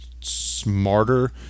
smarter